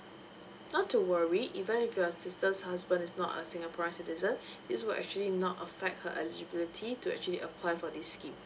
not to worry even if your sister's husband is not a singaporean citizen this will actually not affect her eligibility to actually apply for this scheme